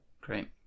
Great